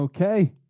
Okay